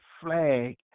flag